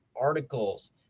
articles